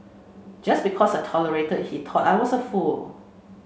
just because I tolerated he thought I was a fool